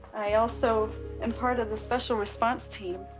i also am part of the special response team.